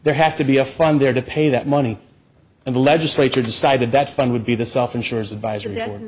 there has to be a fund there to pay that money and the legislature decided that fund would be this off insurers advisory pan